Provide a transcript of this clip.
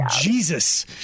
Jesus